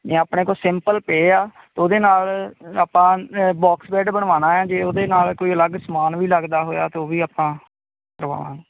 ਨਹੀਂ ਆਪਣੇ ਕੋਲ ਸਿੰਪਲ ਪਏ ਆ ਅਤੇ ਉਹਦੇ ਨਾਲ ਆਪਾਂ ਬੋਕਸ ਬੈਡ ਬਣਵਾਉਣਾ ਹੈ ਜੇ ਉਹਦੇ ਨਾਲ ਕੋਈ ਅਲੱਗ ਸਮਾਨ ਵੀ ਲੱਗਦਾ ਹੋਇਆ ਤਾਂ ਉਹ ਵੀ ਆਪਾਂ ਕਰਵਾਉਣਾ ਹੈ